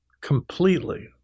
completely